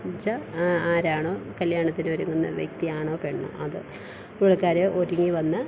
എന്നൊച്ച ആരാണോ കല്യാണത്തിനൊരുങ്ങുന്ന വ്യക്തി ആണോ പെണ്ണോ അത് പുള്ളിക്കാർ ഒരുങ്ങി വന്ന്